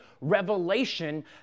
revelation